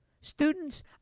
Students